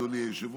אדוני היושב-ראש,